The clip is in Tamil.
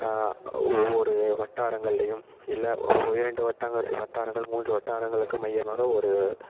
ஒவ்வொரு வட்டாரங்கள்லையும் இல்லை இரண்டு வட்டாங்கள் வட்டாரங்கள் மூன்று வட்டாரங்களுக்கு மையமாக ஒரு